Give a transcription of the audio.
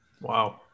Wow